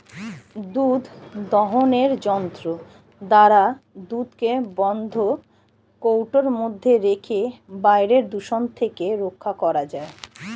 দুধ দোহনের যন্ত্র দ্বারা দুধকে বন্ধ কৌটোর মধ্যে রেখে বাইরের দূষণ থেকে রক্ষা করা যায়